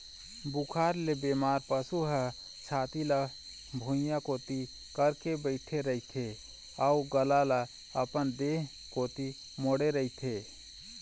बुखार ले बेमार पशु ह छाती ल भुइंया कोती करके बइठे रहिथे अउ गला ल अपन देह कोती मोड़े रहिथे